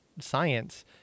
science